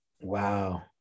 Wow